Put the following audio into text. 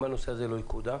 אם הנושא הזה לא יקודם.